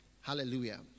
Hallelujah